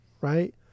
Right